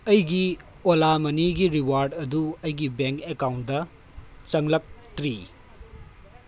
ꯑꯩꯒꯤ ꯑꯣꯂꯥ ꯃꯅꯤꯒꯤ ꯔꯤꯋꯥꯗ ꯑꯗꯨ ꯑꯩꯒꯤ ꯕꯦꯡ ꯑꯦꯀꯥꯎꯟꯗ ꯆꯪꯂꯛꯇ꯭ꯔꯤ